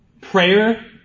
prayer